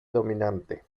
dominante